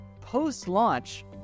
post-launch